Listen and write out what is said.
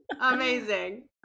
amazing